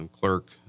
clerk